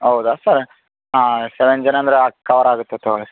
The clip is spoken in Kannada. ಹೌದಾ ಸರ್ ಹಾಂ ಸೆವೆನ್ ಜನ ಅಂದ್ರ ಕವರ್ ಆಗತ್ತೆ ತಗೋರಿ